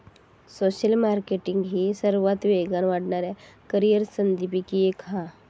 social marketing ही सर्वात वेगान वाढणाऱ्या करीअर संधींपैकी एक हा